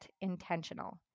intentional